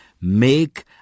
make